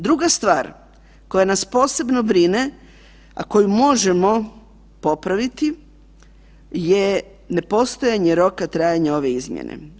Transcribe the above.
Druga stvar koja nas posebno brine, a koju možemo popraviti je nepostojanje roka trajanja ove izmijene.